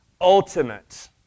ultimate